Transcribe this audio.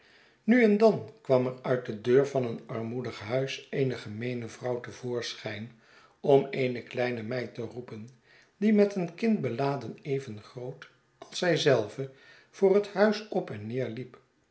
nu en dan kwam er uit de deur van een armoedig huis eene gemeene vrouw te voorschijn om eene kleine meid te roepen die met een kind beladen even groot als zij zelve voor het huis op en neer liep